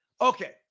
Okay